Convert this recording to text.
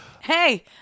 Hey